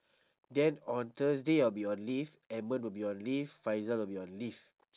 then on thursday I'll be on leave edmund will be on leave faizah will be on leave